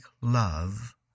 love